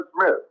Smith